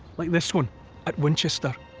like this one at winchester.